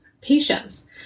patients